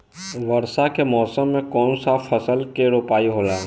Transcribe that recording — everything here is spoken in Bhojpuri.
वर्षा के मौसम में कौन सा फसल के रोपाई होला?